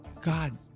God